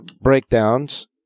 breakdowns